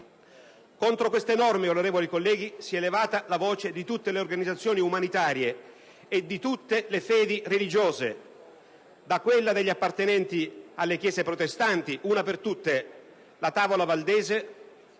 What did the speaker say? onorevoli colleghi, si è levata la voce di tutte le organizzazioni umanitarie e di tutte le fedi religiose, da quella degli appartenenti alle Chiese protestanti - una per tutte la Tavola Valdese